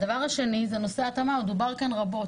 הדבר השני, זה נושא ההתאמה שדובר כאן רבות.